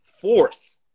fourth